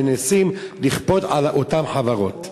שמנסים לכפות על אותן חברות.